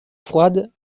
froides